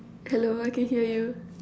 hello I can hear you